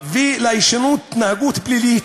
ובהישנות ההתנהגות הפלילית,